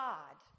God